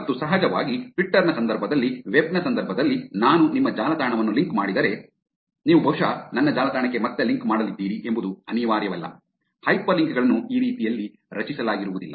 ಮತ್ತು ಸಹಜವಾಗಿ ಟ್ವಿಟರ್ ನ ಸಂದರ್ಭದಲ್ಲಿ ವೆಬ್ ನ ಸಂದರ್ಭದಲ್ಲಿ ನಾನು ನಿಮ್ಮ ಜಾಲತಾಣವನ್ನು ಲಿಂಕ್ ಮಾಡಿದರೆ ನೀವು ಬಹುಶಃ ನನ್ನ ಜಾಲತಾಣಕ್ಕೆ ಮತ್ತೆ ಲಿಂಕ್ ಮಾಡಲಿದ್ದೀರಿ ಎಂಬುದು ಅನಿವಾರ್ಯವಲ್ಲ ಹೈಪರ್ಲಿಂಕ್ ಗಳನ್ನು ಆ ರೀತಿಯಲ್ಲಿ ರಚಿಸಲಾಗಿರುವುದಿಲ್ಲ